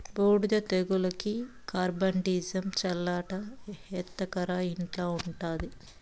బూడిద తెగులుకి కార్బండిజమ్ చల్లాలట ఎత్తకరా ఇంట్ల ఉండాది